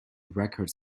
record